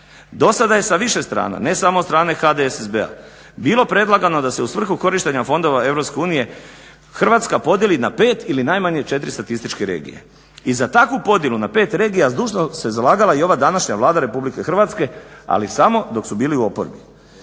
Do sada je sa više strana, ne samo od strane HDSSB-a bilo predlagano da se u svrhu korištenja fondova Europske unije Hrvatska podijeli na pet ili najmanje četiri statističke regije i za takvu podjelu na pet regija zdušno se zalagala i ova današnja Vlada Republike Hrvatske, ali samo dok su bili u oporbi.